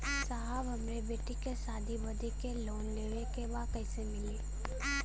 साहब हमरे बेटी के शादी बदे के लोन लेवे के बा कइसे मिलि?